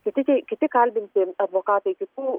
kiti kiti kalbinti advokatai kitų